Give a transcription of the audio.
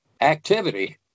activity